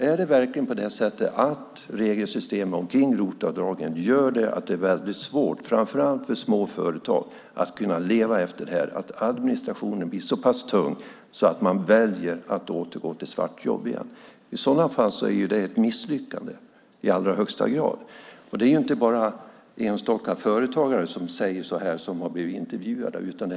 Är det verkligen så att regelsystemet för ROT-avdraget gör det väldigt svårt framför allt för småföretag att leva efter detta och att administrationen blir så pass tung att de väljer att återgå till svartjobb igen? I så fall är det ett misslyckande. Det är inte bara jag och enstaka företagare som har blivit intervjuade som säger det.